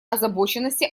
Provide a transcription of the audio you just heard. озабоченности